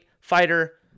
fighter